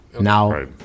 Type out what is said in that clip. Now